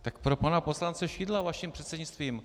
Tak pro pana poslance Šidla vaším předsednictvím.